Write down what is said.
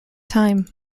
time